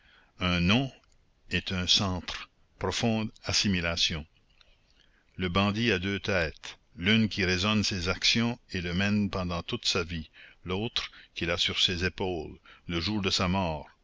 un nom est un centre profonde assimilation le bandit a deux têtes l'une qui raisonne ses actions et le mène pendant toute sa vie l'autre qu'il a sur ses épaules le jour de sa mort